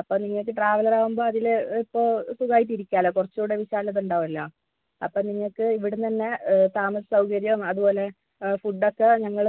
അപ്പം നിങ്ങൾക്ക് ട്രാവലർ ആകുമ്പോൾ അതിൽ ഇപ്പോൾ സുഖായിട്ടിരിക്കാലോ കുറച്ചുകൂടി വിശാലതണ്ടാകോലോ അപ്പം നിങ്ങൾക്ക് ഇവിടെന്ന് തന്നെ താമസ സൗകര്യം അതുപോലെ ഫുഡ് ഒക്കെ ഞങ്ങൾ